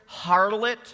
harlot